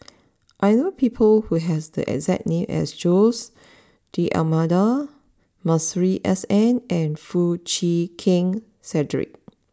I know people who have the exact name as Jose D'Almeida Masuri S N and Foo Chee Keng Cedric